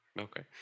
okay